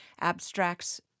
abstracts